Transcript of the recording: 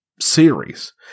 series